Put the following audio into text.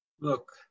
Look